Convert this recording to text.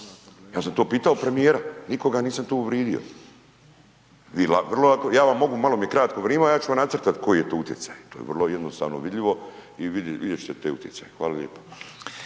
Ja sam to pitao premijer, nikoga nisam tu uvrijedio. Vi vrlo ja vam mogu, malo mi je kratko vrijeme, ja ću vam nacrtati koji je to utjecaj, to je vrlo jednostavno vidljivo i vidjet ćete te utjecaje. Hvala lijepo.